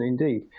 indeed